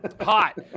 hot